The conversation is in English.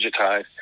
digitized